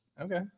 okay